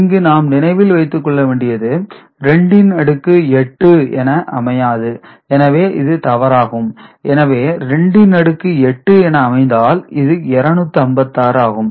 இங்கு நாம் நினைவில் வைத்துக்கொள்ள வேண்டியது 2 இன் அடுக்கு 8 என அமையாது எனவே இது தவறாகும் எனவே 2 இன் அடுக்கு 8 என அமைந்தால் இது 256 ஆகும்